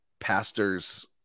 pastors